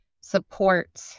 support